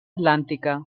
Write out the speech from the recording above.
atlàntica